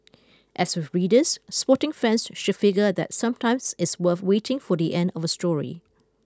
as with readers sporting fans should figure that sometimes it's worth waiting for the end of a story